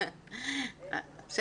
זה